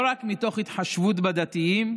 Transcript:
לא רק מתוך התחשבות בדתיים,